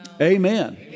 Amen